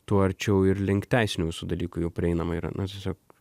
tuo arčiau ir link teisinių visų dalykų jau prieinama yra na tiesiog